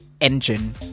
engine